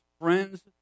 friends